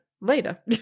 later